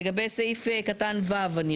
אני רוצה לטעון לגבי סעיף קטן (ו).